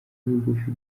bugufi